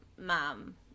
Mom